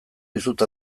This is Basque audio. dizut